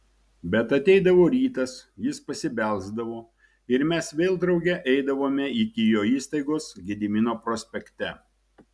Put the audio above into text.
bet ateidavo rytas jis pasibelsdavo ir mes vėl drauge eidavome iki jo įstaigos gedimino prospekte